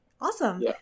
Awesome